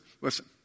listen